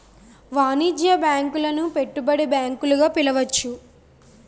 వాణిజ్య బ్యాంకులను పెట్టుబడి బ్యాంకులు గా పిలవచ్చు